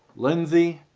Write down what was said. lindsay.